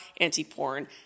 anti-porn